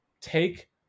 Take